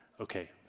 okay